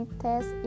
test